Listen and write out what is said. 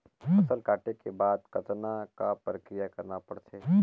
फसल काटे के बाद कतना क प्रक्रिया करना पड़थे?